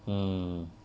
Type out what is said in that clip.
mm